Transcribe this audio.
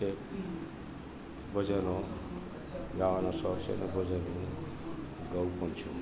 જે ભજનો ગાવાનો શોખ છે તો હું ભજનો ગાઉં પણ છું